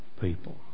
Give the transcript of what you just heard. people